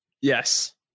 yes